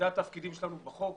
אלה התפקידים שלנו בחוק,